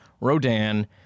Rodan